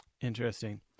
Interesting